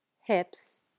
hips